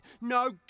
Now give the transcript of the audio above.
No